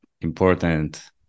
important